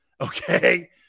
Okay